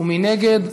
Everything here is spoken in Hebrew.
מי נגד?